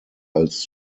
als